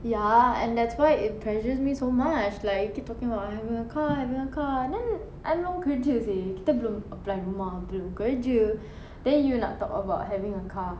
ya and that's why it pressures me so much like you keep talking about having a car having a car then I belum kerja seh kita belum apply rumah belum kerja then you nak talk about having a car